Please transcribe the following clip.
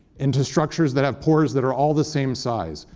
into structures that have pores that are all the same size,